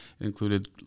included